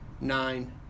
nine